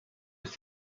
ist